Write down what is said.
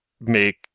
make